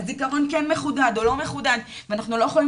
הזיכרון כן מחודד או לא מחודד ואנחנו לא יכולים